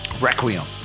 Requiem